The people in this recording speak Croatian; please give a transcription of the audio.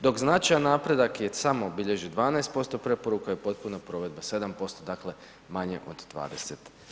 Dok značajan napredak je, samo bilježi 12% preporuka je potpuna provedba 7% dakle, manje od 20%